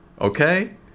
Okay